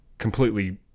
completely